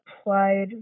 applied